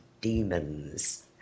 demons